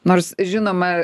nors žinoma